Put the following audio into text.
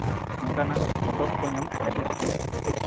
ᱱᱚᱝᱠᱟᱱᱟᱜ ᱯᱚᱛᱚᱵᱽ ᱠᱚ ᱧᱟᱢᱚᱜ ᱠᱟᱱᱟ ᱥᱮ